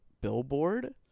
billboard